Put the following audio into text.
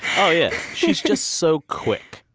oh yeah. she's just so quick.